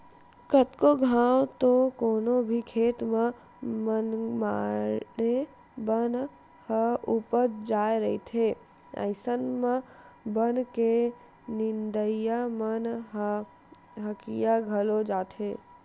कतको घांव तो कोनो भी खेत म मनमाड़े बन ह उपज जाय रहिथे अइसन म बन के नींदइया मन ह हकिया घलो जाथे